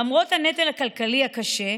למרות הנטל הכלכלי הקשה,